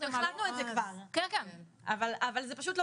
אנחנו החלטנו את זה כבר אבל זה פשוט לא